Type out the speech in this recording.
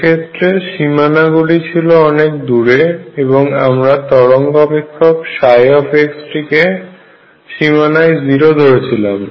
সেক্ষেত্রে সীমানা গুলি ছিল অনেক দূরে এবং আমরা তরঙ্গ অপেক্ষক ψ টিকে সীমানায় 0 ধরেছিলাম